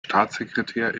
staatssekretär